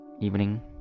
evening